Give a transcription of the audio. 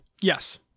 Yes